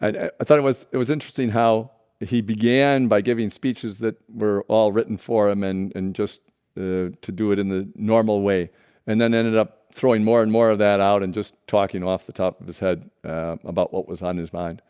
i thought it was it was interesting how he began by giving speeches that were all written for him and and just to do it in the normal way and then ended up throwing more and more of that out and just talking off the top of his head ah about what was on his mind